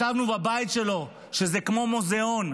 ישבנו בבית שלו, שזה כמו מוזיאון,